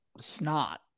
snot